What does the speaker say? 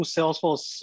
Salesforce